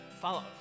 follow